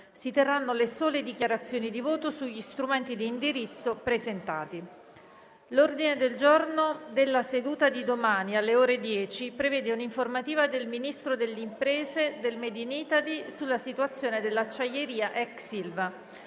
Si terranno le sole dichiarazioni di voto sugli strumenti di indirizzo presentati. L'ordine del giorno della seduta di domani, alle ore 10, prevede un'informativa del Ministro delle imprese e del *made* *in Italy* sulla situazione dell'acciaieria ex Ilva.